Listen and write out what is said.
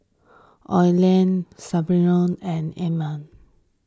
Oline Spurgeon and Elam